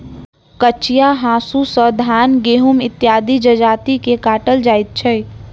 कचिया हाँसू सॅ धान, गहुम इत्यादि जजति के काटल जाइत छै